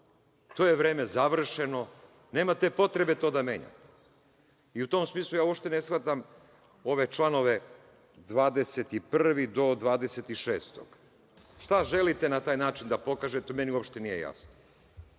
To je završeno vreme, nemate potrebe to da menjate.U tom smislu, ja uopšte ne shvatam ove članove od 21. do 26. Šta želite na taj način da pokažete, to meni uopšte nije jasno.